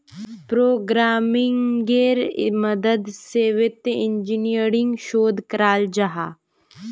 प्रोग्रम्मिन्गेर मदद से वित्तिय इंजीनियरिंग शोध कराल जाहा